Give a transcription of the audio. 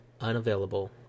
unavailable